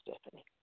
Stephanie